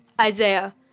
Isaiah